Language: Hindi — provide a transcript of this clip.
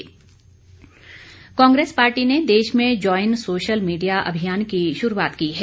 कांग्रेस कांग्रेस पार्टी ने देश में ज्वाईन सोशल मीडिया अभियान की शुरूआत की है